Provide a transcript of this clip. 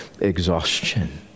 exhaustion